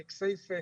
בכסיפה,